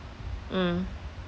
mm